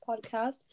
podcast